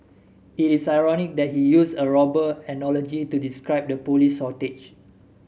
it is ironic that he used a robber analogy to describe the police shortage